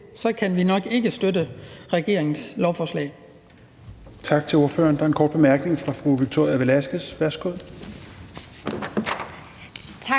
set kan vi nok ikke støtte regeringens lovforslag.